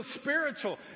spiritual